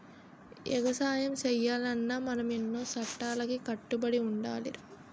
ఎగసాయం సెయ్యాలన్నా మనం ఎన్నో సట్టాలకి కట్టుబడి ఉండాలిరా